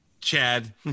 Chad